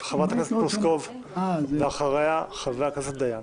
חברת הכנסת פלוסקוב, ואחריה חבר הכנסת דיין.